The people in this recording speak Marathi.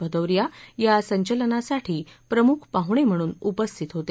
भदौरिया या संचलानासाठी प्रमुख पाहुणे म्हणून उपस्थित होते